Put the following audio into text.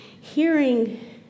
hearing